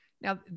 Now